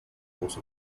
course